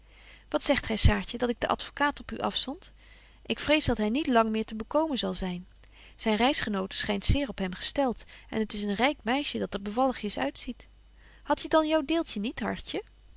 wat zegt gy saartje dat ik den advocaat op u afzond ik vrees dat hy niet lang meer betje wolff en aagje deken historie van mejuffrouw sara burgerhart te bekomen zal zyn zyn reisgenote schynt zeer op hem gestelt en het is een ryk meisje dat er bevalligjes uitziet hadt je dan jou deeltje niet hartje